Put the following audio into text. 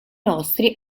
nostri